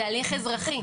זה הליך אזרחי,